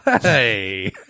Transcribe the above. Hey